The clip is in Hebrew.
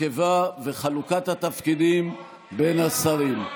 הרכבה וחלוקת התפקידים בין השרים.